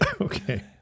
Okay